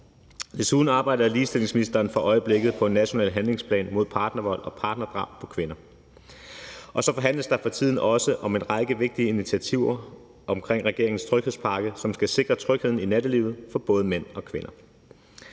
Desuden arbejder ligestillingsministeren for øjeblikket på en national handlingsplan mod partnervold og partnerdrab på kvinder. Og så forhandles der for tiden også om en række vigtige initiativer omkring regeringens tryghedspakke, som skal sikre tryghed i nattelivet for både mænd og kvinder.